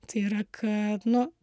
tai yra kad nu